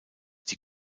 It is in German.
die